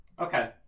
Okay